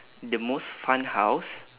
the most fun house